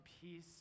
peace